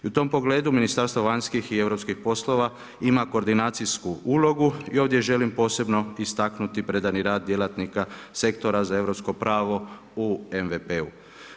I u tom pogledu Ministarstvo vanjskih i europskih poslova ima koordinacijsku ulogu i ovdje želim posebno istaknuti predani rad djelatnika sektora za europsko pravo u MVP-u.